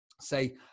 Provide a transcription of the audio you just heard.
say